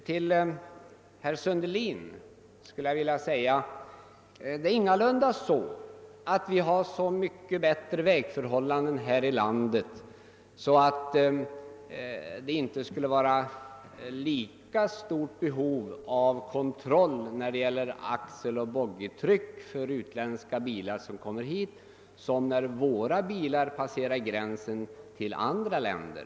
Till herr Sundelin skulle jag vilja säga att vi inte alls har så mycket bätt re vägförhållanden här i landet att det inte skulle vara lika stort behov av kontroll när det gäller axeloch boggitryck för utländska bilar som kommer hit som när våra bilar passerar gränsen till andra länder.